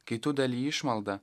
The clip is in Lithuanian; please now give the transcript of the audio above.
kai tu daliji išmaldą